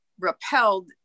repelled